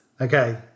Okay